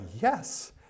yes